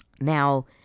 Now